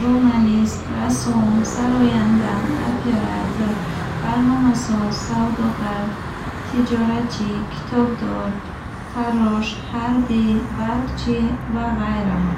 журналист, рассом, сароянда, оператор, барномасоз, савдогар, тиҷоратчӣ, китобдор, фаррош, ҳарбӣ, барқчӣ ва ғайраҳо.